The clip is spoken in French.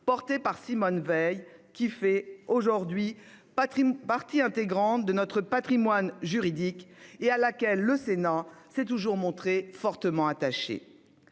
portée par Simone Veil, loi qui fait désormais partie intégrante de notre patrimoine juridique, et à laquelle le Sénat s'est toujours montré fortement attaché.